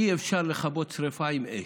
אי-אפשר לכבות שרפה עם אש.